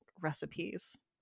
recipes